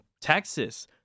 Texas